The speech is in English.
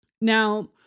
Now